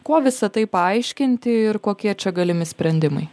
kuo visa tai paaiškinti ir kokie čia galimi sprendimai